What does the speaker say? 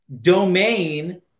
domain